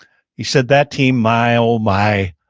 he said that team, my, oh, my,